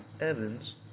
Evans